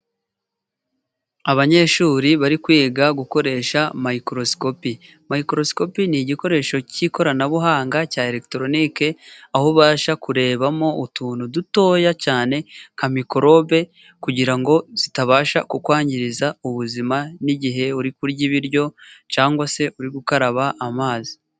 Abanyeshuri bari kwiga gukoresha mayikroskopi. Mayikroskopi ni igikoresho k'ikoranabuhanga cya elegitoronike, aho ubasha kurebamo utuntu dutoya cyane nka mikorobe kugira ngo zitabasha kukwangiza ubuzima n'igihe uri kurya ibiryo cyangwa se uri gukaraba amazi.